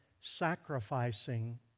sacrificing